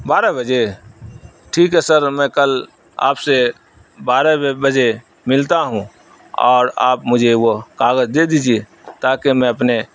بارہ بجے ٹھیک ہے سر میں کل آپ سے بارہ بجے ملتا ہوں اور آپ مجھے وہ کاغذ دے دیجیے تاکہ میں اپنے